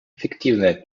эффективное